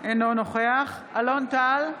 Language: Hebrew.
אינו נוכח אלון טל,